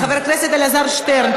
חבר הכנסת אלעזר שטרן,